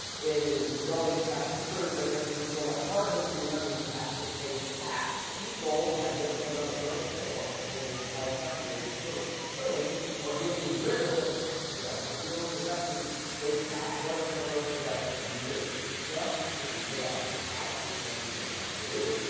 it is growing tax deferred. but then when you go to harvest your money, you have to pay tax. people had the other foot on the brake pedal during the entire time period. sort of killing or getting rid of the tax deductions the only deductions they've had. what are some of those deductions you lose? well, if you pay off your house which most people want to do,